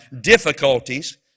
difficulties